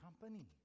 company